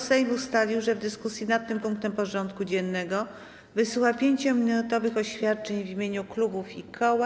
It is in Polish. Sejm ustalił, że w dyskusji nad tym punktem porządku dziennego wysłucha 5-minutowych oświadczeń w imieniu klubów i koła.